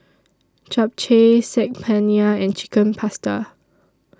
Japchae Saag Paneer and Chicken Pasta